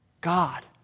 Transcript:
God